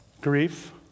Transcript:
Grief